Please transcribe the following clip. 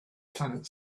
planet